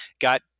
got